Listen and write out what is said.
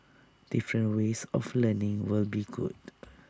different ways of learning would be good